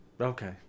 okay